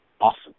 awesome